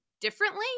differently